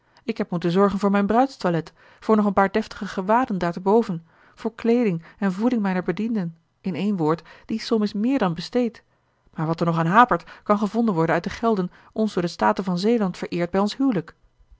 ik heb moeten zorgen voor mijn bruidstoilet voor nog een paar deftige gewaden daarteboven voor kleeding en voeding mijner bedienden in één woord die som is meer dan besteed maar wat er nog aan hapert kan gevonden worden uit de gelden ons door de staten van zeeland vereerd bij ons